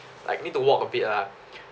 like need to walk a bit lah